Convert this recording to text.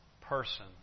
person